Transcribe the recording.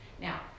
Now